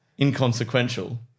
inconsequential